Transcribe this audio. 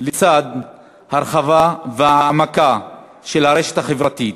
לצד הרחבה והעמקה של הרשת החברתית